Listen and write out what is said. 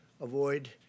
avoid